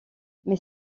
mais